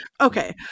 Okay